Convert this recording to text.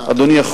אדוני,